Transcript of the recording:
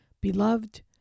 Beloved